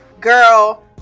girl